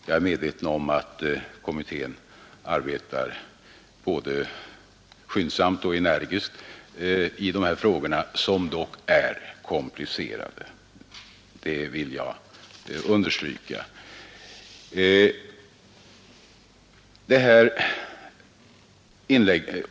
Jag är medveten om att kommittén arbetar både skyndsamt och energiskt med de här frågorna, som dock är komplicerade — det vill jag understryka.